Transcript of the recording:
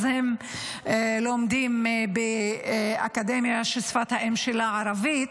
אז הם לומדים באקדמיה ששפת האם שלה היא ערבית,